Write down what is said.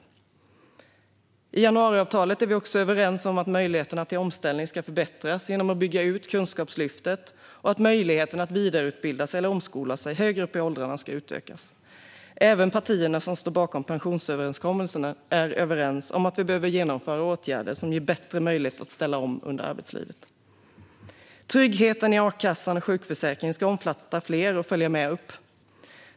Partierna som ingått januariavtalet är överens om att möjligheterna till omställning ska förbättras genom en utbyggnad av Kunskapslyftet och att möjligheten att vidareutbilda sig eller omskola sig högre upp i åldrarna ska utökas. Även partierna som står bakom pensionsöverenskommelsen är överens om att vi behöver vidta åtgärder som ger bättre möjlighet att ställa om under arbetslivet. Tryggheten i a-kassan och sjukförsäkringen ska omfatta fler och följa med upp.